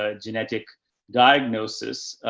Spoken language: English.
ah genetic diagnosis,